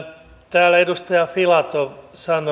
täällä edustaja filatov sanoi